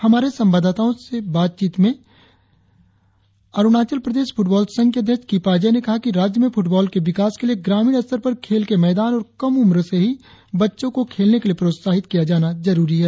हमारे संवाददाताओं से बातचीत के दौरान अरुणाचल प्रदेश फुटबॉल संघ के अध्यक्ष किपा अजय ने कहा कि राज्य में फुटबॉल के विकास के लिए ग्रामीण स्तर पर खेल के मैदान और कम उम्र से ही बच्चों को खेलने के लिए प्रोत्साहित किया जाना जरुरी है